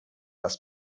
dass